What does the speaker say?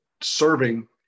serving